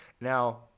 Now